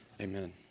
amen